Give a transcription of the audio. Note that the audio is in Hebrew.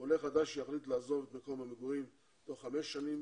עולה חדש שיחליט לעזוב את מקום המגורים תוך חמש שנים